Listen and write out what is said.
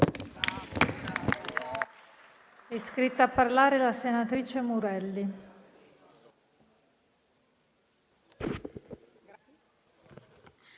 iscritta a parlare la senatrice Spinelli.